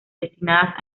destinadas